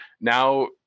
now